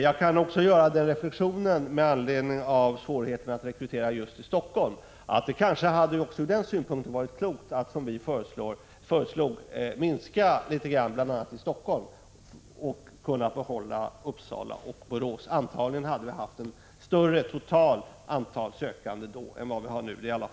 Jag kan också göra den reflexionen med anledning av svårigheterna att rekrytera sökande just till Helsingfors, att det även ur denna synpunkt hade varit klokt att, som vi föreslog, minska litet grand på utbildningen bl.a. i Helsingfors för att kunna bibehålla den utbildning som skedde i Uppsala och Borås. Det är mycket sannolikt att vi då hade haft ett större totalt antal sökande än vi har för närvarande.